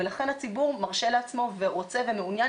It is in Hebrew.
ולכן הציבור מרשה לעצמו ורוצה ומעוניין